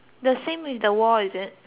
wall is it